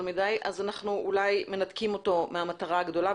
מדי אז אנחנו אולי מנתקים אותו מהמטרה הגדולה,